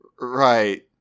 Right